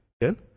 Good